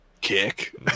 kick